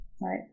Right